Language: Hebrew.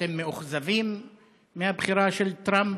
אתם מאוכזבים מהבחירה של טראמפ,